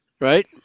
Right